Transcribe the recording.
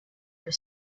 que